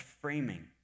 framing